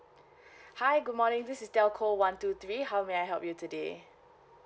hi good morning this is telco one two three how may I help you today